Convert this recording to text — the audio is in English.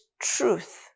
truth